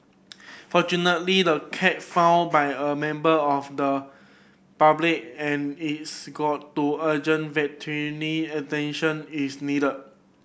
fortunately the cat found by a member of the public and is got to urgent attention it's needed